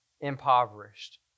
impoverished